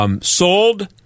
sold